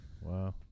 wow